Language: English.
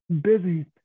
Busy